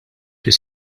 fis